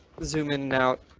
zoom in now.